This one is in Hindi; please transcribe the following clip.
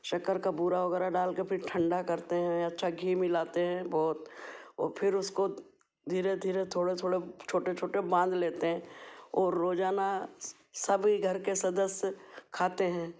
शक्कर का बूरा वगैरह डालके फिर ठंडा करते हैं अच्छा घी मिलाते हैं बहुत और फिर उसको धीरे धीरे थोड़े थोड़े छोटे छोटे बांध लेते हैं ओ रोजाना सभी घर के सदस्य खाते हैं